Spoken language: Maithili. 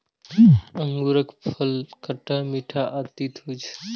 अंगूरफल खट्टा, मीठ आ तीत होइ छै